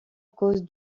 cause